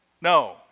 No